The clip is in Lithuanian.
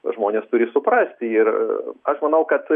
žmonės turi suprasti ir aš manau kad